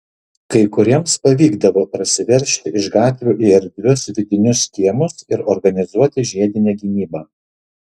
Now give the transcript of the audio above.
kai kuriems pavykdavo prasiveržti iš gatvių į erdvius vidinius kiemus ir organizuoti žiedinę gynybą